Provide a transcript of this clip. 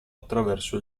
attraverso